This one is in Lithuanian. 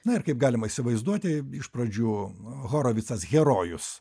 na ir kaip galima įsivaizduoti iš pradžių horovicas herojus